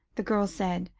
the girl said,